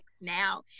now